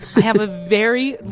i have a very.